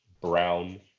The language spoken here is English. Brown